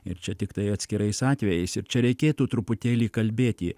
ir čia tiktai atskirais atvejais ir čia reikėtų truputėlį kalbėti